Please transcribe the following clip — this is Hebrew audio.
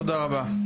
תודה רבה.